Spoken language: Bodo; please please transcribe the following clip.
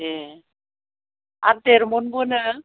ए ओ आरो देर मनबो नो